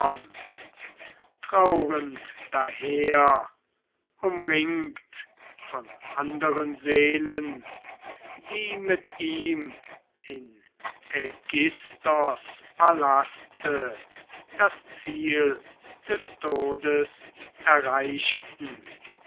trauernd daher umringt von anderen seelen die mit ihm in aigisthos palaste das ziel des todes erreichten